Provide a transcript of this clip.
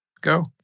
Go